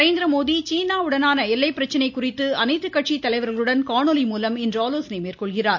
நரேந்திரமோடி சீனாவுடனான எல்லை பிரச்னை குறித்து அனைத்து கட்சி தலைவர்களுடன் காணொலி மூலம் இன்று ஆலோசனை மேற்கொள்கிறார்